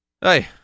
Hey